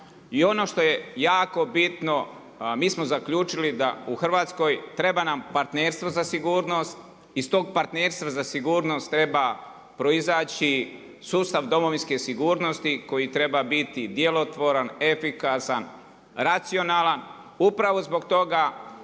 I ono što je jako bitno, mi smo zaključili da u Hrvatskoj treba nam partnerstvo za sigurnost, iz tog partnerstva za sigurnost treba proizaći sustav Domovinske sigurnosti koji treba biti djelotvoran, efikasan, racionalan. Upravo zbog toga